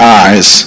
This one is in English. eyes